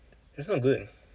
it's not good